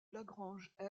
lagrange